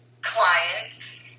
client